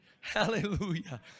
Hallelujah